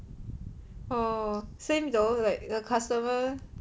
oh same though like the customer